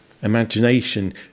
imagination